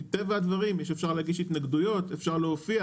מטבע הדברים, אפשר להגיש התנגדויות, אפשר להופיע.